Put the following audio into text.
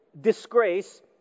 disgrace